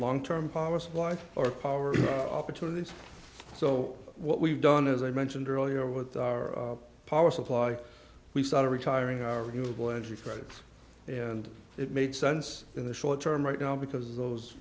long term policy life or power opportunities so what we've done as i mentioned earlier with our power supply we've sort of retiring arguable energy credits and it made sense in the short term right now because those